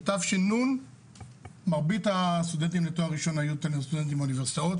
בתש"ן מרבית הסטודנטים לתואר ראשון היו סטודנטים באוניברסיטאות,